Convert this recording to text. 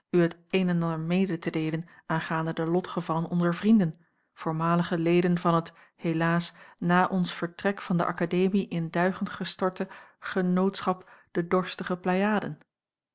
het een en ander mede te deelen aangaande de lotgevallen onzer vrienden voormalige leden van het helaas na ons vertrek van de akademie in duigen gestorte genootschap de dorstige pleiaden